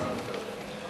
האחרונות".